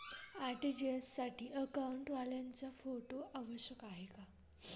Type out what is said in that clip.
RTGS साठी अकाउंटवाल्याचा photo आवश्यक आहे का?